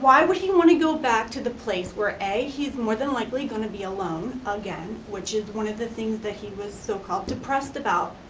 why would he want to go back to the place where a, he's more than likely gonna be alone, again, which is one of the things that he was so-called depressed about,